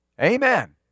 Amen